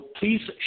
please